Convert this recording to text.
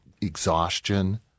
exhaustion